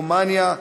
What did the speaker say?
רומניה,